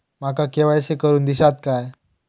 माका के.वाय.सी करून दिश्यात काय?